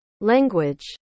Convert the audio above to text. language